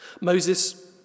Moses